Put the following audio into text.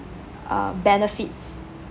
um benefits